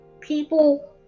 people